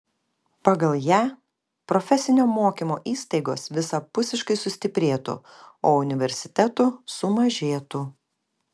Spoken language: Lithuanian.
pagal ją profesinio mokymo įstaigos visapusiškai sustiprėtų o universitetų sumažėtų